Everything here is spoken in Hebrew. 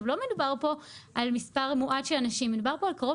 לא מדובר כאן על מספר מועט של אנשים אלא מדובר קרוב